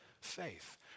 faith